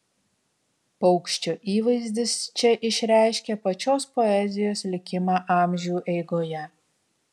paukščio įvaizdis čia išreiškia pačios poezijos likimą amžių eigoje